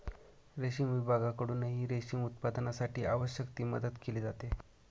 रेशीम विभागाकडूनही रेशीम उत्पादनासाठी आवश्यक ती मदत केली जाते